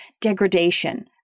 degradation